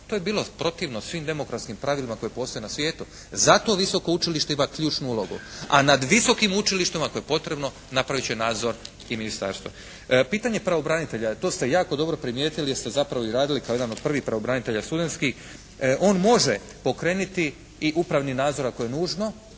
To je bilo protivno svim demokratskim pravilima koja postoje na svijetu. Zato visoko učilište ima ključnu ulogu, a nad visokim učilištima ako je potrebno napraviti će nadzor i ministarstva. Pitanje pravobranitelja. To ste jako dobro primijetili jer ste zapravo i radili kao jedan od prvih pravobranitelja studentskih. On može pokrenuti i upravni nadzor ako je nužno.